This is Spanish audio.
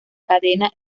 cadena